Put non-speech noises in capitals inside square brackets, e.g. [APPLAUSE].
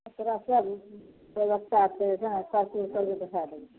[UNINTELLIGIBLE]